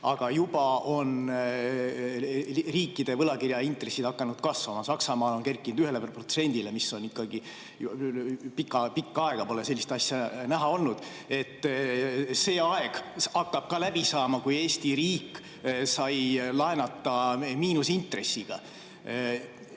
aga juba on riikide võlakirjade intressid hakanud kasvama. Saksamaal on [intress] kerkinud 1%‑ni, pikka aega pole sellist asja näha olnud. Ka see aeg hakkab läbi saama, kui Eesti riik sai laenata miinusintressiga.